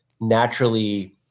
naturally –